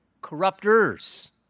Corrupters